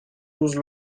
douze